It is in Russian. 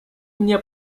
мне